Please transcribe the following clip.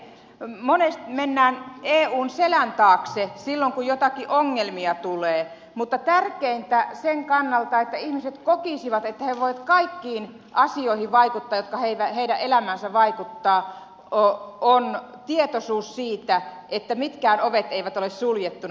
hyvin monesti mennään eun selän taakse silloin kun joitakin ongelmia tulee mutta tärkeintä sen kannalta että ihmiset kokisivat että he voivat vaikuttaa kaikkiin asioihin jotka heidän elämäänsä vaikuttavat on tietoisuus siitä että mitkään ovet eivät ole suljettuna